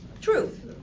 Truth